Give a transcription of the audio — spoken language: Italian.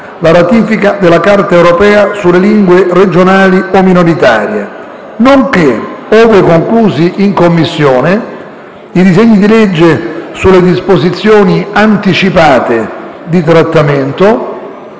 la ratifica della Carta europea sulle lingue regionali o minoritarie, nonché - ove conclusi in Commissione - i disegni di legge sulle disposizioni anticipate di trattamento,